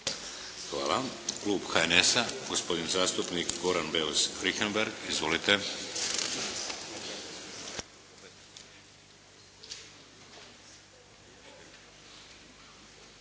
Hvala. Klub HNS-a gospodin zastupnik Goran Beus Richembergh. Izvolite.